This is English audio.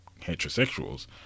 heterosexuals